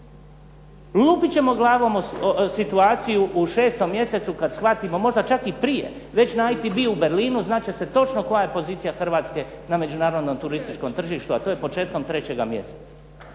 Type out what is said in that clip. Lupit ćemo glavom u situaciju u 6 mjesecu kad shvatimo možda čak i prije. Već na .../Govornik se ne razumije./... u Berlinu znat će se točno koja je pozicija Hrvatske na međunarodnom turističkom tržištu, a to je početkom trećega mjeseca.